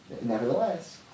Nevertheless